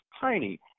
tiny